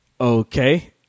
okay